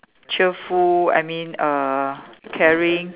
cheerful I mean uh caring